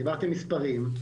דיברתם מספרים,